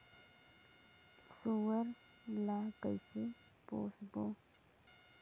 सुअर ला कइसे पोसबो?